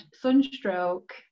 sunstroke